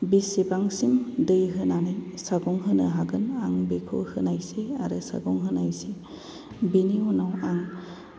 बेसेबांसिम दै होनानै सागं होनो हागोन आं बेखौ होनायसै आरो सागं होनायसै बेनि उनाव आं